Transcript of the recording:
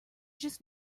just